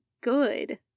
good